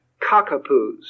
cockapoos